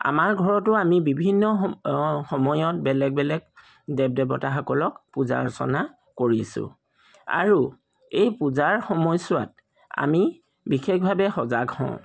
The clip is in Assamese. আমাৰ ঘৰতো আমি বিভিন্ন সম সময়ত বেলেগ বেলেগ দেৱ দেৱতাসকলক পূজা অৰ্চনা কৰিছোঁ আৰু এই পূজাৰ সময়ছোৱাত আমি বিশেষভাৱে সজাগ হওঁ